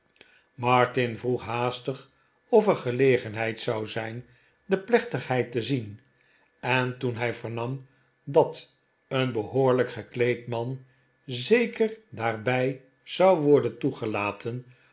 martin vroeg haastig of er gelegenheid zou zijn de plechtigheid te zien en toen hij vernam dat een behoorlijk gekleed man zeker daarbij zou worden toegelaten